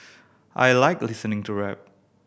I like listening to rap